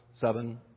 seven